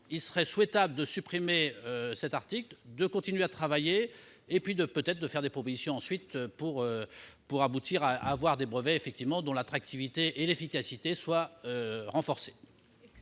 il serait souhaitable de supprimer cet article, de continuer à travailler, puis de faire des propositions pour aboutir à des brevets dont l'attractivité et l'efficacité seraient renforcées.